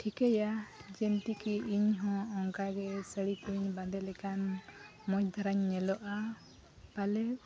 ᱴᱷᱤᱠᱟᱹᱭᱟ ᱡᱤᱱᱛᱤᱠᱤ ᱤᱧ ᱦᱚᱸ ᱚᱱᱠᱟ ᱜᱮ ᱥᱟᱹᱲᱤ ᱠᱚᱧ ᱵᱟᱸᱫᱮ ᱞᱮᱠᱷᱟᱱ ᱢᱚᱡᱽ ᱫᱷᱟᱨᱟᱧ ᱧᱮᱞᱚᱜᱼᱟ ᱟᱞᱮ